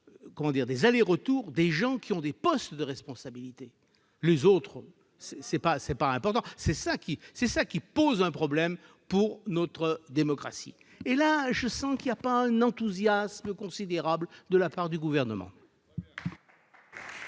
des allers-retours des gens qui ont des postes de responsabilité- les autres, ce n'est pas important. C'est cela qui pose problème pour notre démocratie ! Or, en la matière, je ne sens pas un enthousiasme considérable de la part du Gouvernement